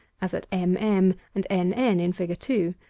as at m m and n n in fig. two.